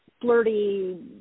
flirty